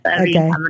Okay